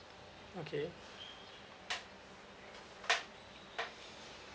okay